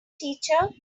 teacher